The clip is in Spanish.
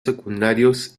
secundarios